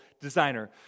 designer